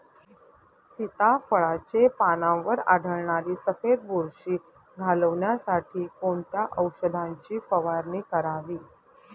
सीताफळाचे पानांवर आढळणारी सफेद बुरशी घालवण्यासाठी कोणत्या औषधांची फवारणी करावी?